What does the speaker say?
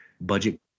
budget